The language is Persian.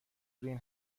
گرین